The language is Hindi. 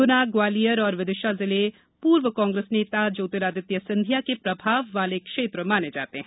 गुना ग्वालियर और विदिशा जिले पूर्व कांग्रेस नेता ज्योतिरादित्य सिंधिया के प्रभाव वाले क्षेत्र माने जाते हैं